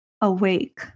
awake